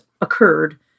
occurred